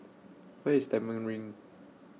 Where IS Stagmont Ring